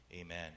Amen